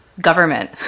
government